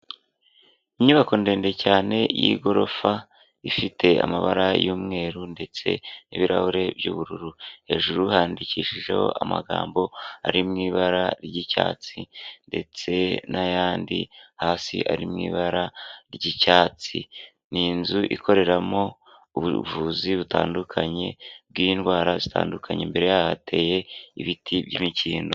inyubako ndende cyane y'igorofa ifite amabara y'umweru ndetse n'ibirahure by'ubururu hejuru handikishijeho amagambo ari mui ibara ry'icyatsi ndetse n'ayandi hasi ari mu ibara ry'icyatsi ni inzu ikoreramo ubuvuzi butandukanye bw'indwara zitandukanye mbere y'hateye ibiti by'imikindo